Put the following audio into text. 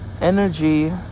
energy